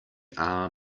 are